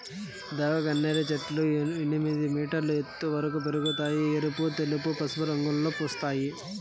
దేవగన్నేరు చెట్లు ఎనిమిది మీటర్ల ఎత్తు వరకు పెరగుతాయి, ఎరుపు, తెలుపు, పసుపు రంగులలో పూస్తాయి